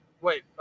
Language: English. Wait